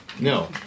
No